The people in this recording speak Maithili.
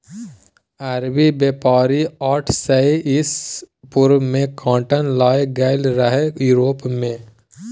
अरबी बेपारी आठ सय इसा पूर्व मे काँटन लए गेलै रहय युरोप मे